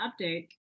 update